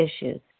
issues